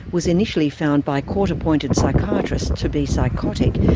was initially found by court-appointed psychiatrists to be psychotic,